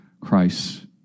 Christ